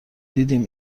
دیدیم